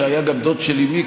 שהיה גם דוד של אימי,